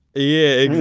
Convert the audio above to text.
yeah,